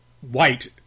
white